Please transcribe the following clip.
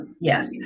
Yes